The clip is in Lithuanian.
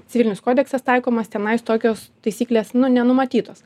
civilinis kodeksas taikomas tenais tokios taisyklės nu nenumatytos